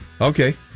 Okay